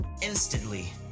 instantly